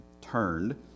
turned